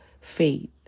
faith